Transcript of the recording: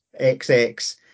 XX